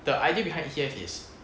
the idea behind E_T_F is